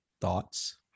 Thoughts